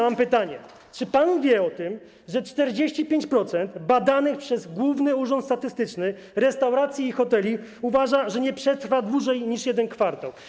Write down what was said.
Mam pytanie: Czy pan wie o tym, że uważa się, że 45% badanych przez Główny Urząd Statystyczny restauracji i hoteli nie przetrwa dłużej niż jeden kwartał?